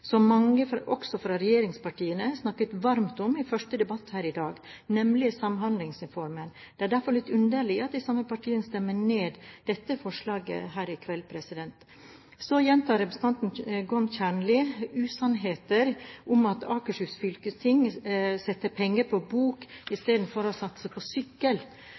mange også fra regjeringspartiene snakket varmt om i første debatt her i dag, nemlig om Samhandlingsreformen. Det er derfor litt underlig at de samme partiene stemmer ned dette forslaget her i kveld. Så gjentar representanten Gorm Kjernli usannheter om at Akershus fylkesting setter penger på bok istedenfor å satse på sykkel.